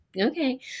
Okay